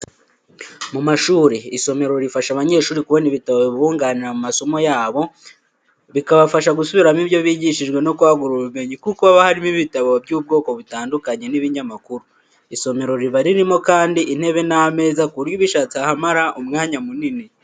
Mu mashuri, isomero rifasha abanyeshuri kubona ibitabo bibunganira mu masomo yabo, bikabafasha gusubiramo ibyo bigishijwe no kwagura ubumenyi kuko haba harimo ibitabo by'ubwoko butandukanye, n'ibinyamakuru. Isomera riba ririmo kandi intebe n'ameza kuburyo ubishatse ahamara umwanya munini.